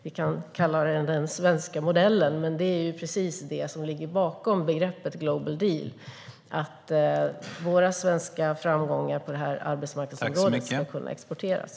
Vi kan kalla det den svenska modellen, och det som ligger bakom begreppet global deal är att våra svenska framgångar på arbetsmarknadsområdet ska kunna exporteras.